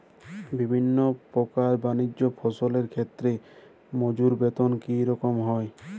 বিভিন্ন প্রকার বানিজ্য ফসলের ক্ষেত্রে মজুর বেতন কী রকম হয়?